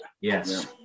Yes